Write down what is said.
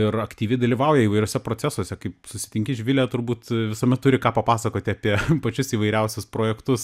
ir aktyviai dalyvauja įvairiuose procesuose kaip susitinki živilę turbūt visuomet turi ką papasakoti apie pačius įvairiausius projektus